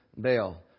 bail